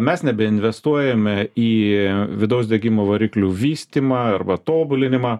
mes nebeinvestuojame į vidaus degimo variklių vystymą arba tobulinimą